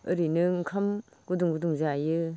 ओरैनो ओंखाम गुदुं गुदुं जायो